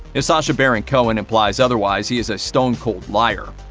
if sacha baron cohen implies otherwise he is a stone-cold liar.